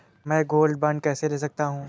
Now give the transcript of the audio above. मैं gold bond कैसे ले सकता हूँ?